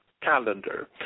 calendar